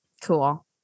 Cool